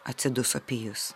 atsiduso pijus